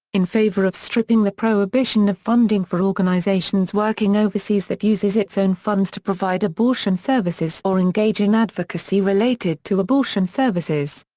in favor of stripping the prohibition of funding for organizations working overseas that uses its own funds to provide abortion services or engage in advocacy related to abortion services.